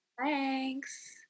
Thanks